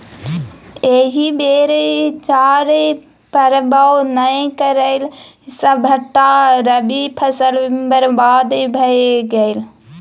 एहि बेर जाड़ पड़बै नै करलै सभटा रबी फसल बरबाद भए गेलै